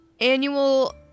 annual